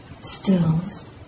stills